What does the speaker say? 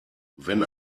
wenn